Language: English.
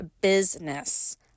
business